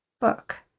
book